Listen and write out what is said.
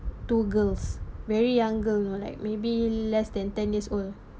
two girls marry young girl uh like maybe less than ten years old